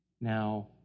Now